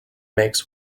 makes